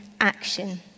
action